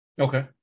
Okay